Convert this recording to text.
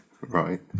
Right